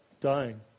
dying